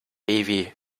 heavy